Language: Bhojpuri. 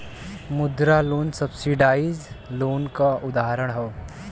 मुद्रा लोन सब्सिडाइज लोन क उदाहरण हौ